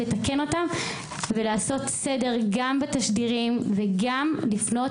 לתקן אותן ולעשות סדר גם בתשדירים וגם לפנות